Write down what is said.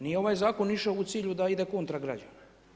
Nije ovaj zakon išao u cilju da ide kontra građana.